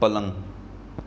पलंग